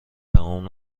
تمام